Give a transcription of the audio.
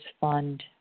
Fund